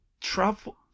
travel